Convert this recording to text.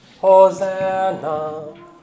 Hosanna